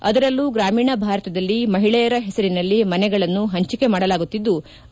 ಅದರಲ್ಲೂ ಗ್ರಾಮೀಣ ಭಾರತದಲ್ಲಿ ಮಹಿಳೆಯರ ಹೆಸರಿನಲ್ಲಿ ಮನೆಗಳನ್ನು ಪಂಚಿಕೆ ಮಾಡಲಾಗುತ್ತಿದ್ಲು